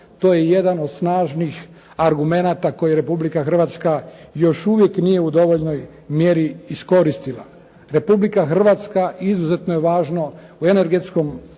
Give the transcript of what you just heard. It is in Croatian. To je jedan od snažnih argumenata koji Republika Hrvatska još uvijek nije u dovoljnoj mjeri iskoristila. Republika Hrvatska izuzetno je važno u energetskom